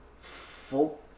full